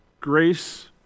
grace